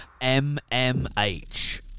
MMH